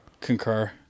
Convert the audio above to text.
concur